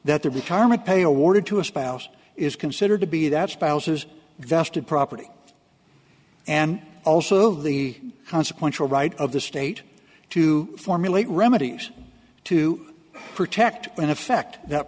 that the retirement pay awarded to a spouse is considered to be that spouse's vested property and also the consequential right of the state to formulate remedies to protect and effect that